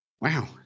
wow